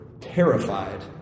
terrified